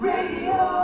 Radio